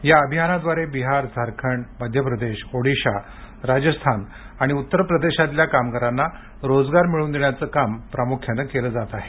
या अभियानाद्वारे बिहार झारखंड मध्य प्रदेश ओडिशा राजस्थान आणि उत्तर प्रदेशातल्या कामगारांना रोजगार मिळवून देण्याचं काम प्रामुख्यानं केलं जात आहे